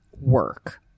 work